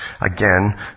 Again